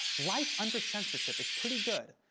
life under censorship is pretty good.